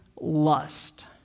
lust